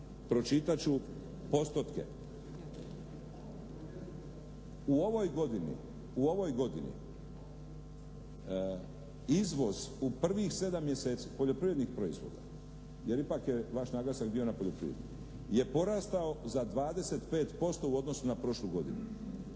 pročitat ću postotke. U ovoj godini izvoz u prvih 7 mjeseci poljoprivrednih proizvoda, jer ipak je vaš naglasak bio na poljoprivredi, je porastao za 25% u odnosu na prošlu godinu.